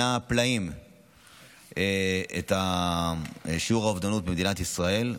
פלאים את שיעור האובדנות במדינת ישראל.